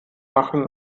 machen